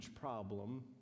problem